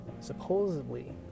Supposedly